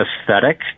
aesthetic